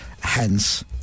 hence